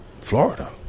Florida